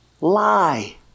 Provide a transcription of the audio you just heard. lie